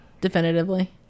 definitively